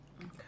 Okay